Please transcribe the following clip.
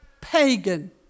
pagan